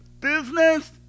Business